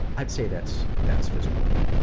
i'd say that's that's physically,